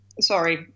sorry